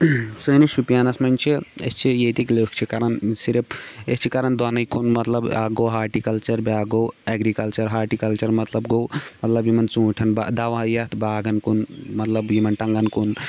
سٲنٕس شُپیَنَس منٛز چھِ أسۍ چھِ ییٚتِکۍ لُکھ چھِ کَران صرف أسۍ چھِ کَران دۄنُے کُن مطلب اَکھ گوٚو ہاٹہِ کَلچَر بیٛاکھ گوٚو اٮ۪گرِکَلچَر ہاٹہِ کَلچَر مطلب گوٚو مطلب یِمَن ژوٗنٛٹھٮ۪ن بہ دوا یَتھ باغن کُن مطلب یِمَن تنٛگَن کُن